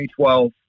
2012